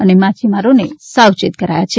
અને માછીમારોને સાવચેત કરાયા છે